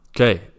Okay